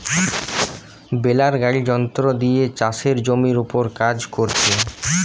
বেলার গাড়ি যন্ত্র দিয়ে চাষের জমির উপর কাজ কোরছে